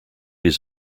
his